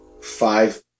five